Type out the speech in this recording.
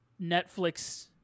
Netflix